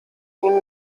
ihm